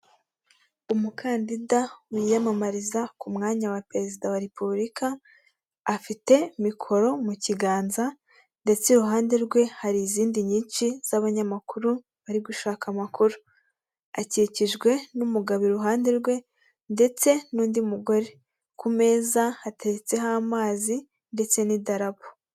Umukandida wiyamamariza ku mwanya wa perezida wa repubulika, afite mikoro mu kiganza ndetse iruhande rwe hari izindi nyinshi z'abanyamakuru, bari gushaka amakuru. Akikijwe n'umugabo iruhande rwe ndetse n'undi mugore ku meza hateretseho amazi ndetse n'idarabo.